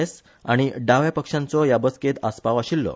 एस आनी डाव्या पक्षांचो ह्या बसकेंत आसपाव आशिल्लो